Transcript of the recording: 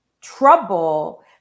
trouble